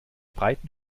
breiten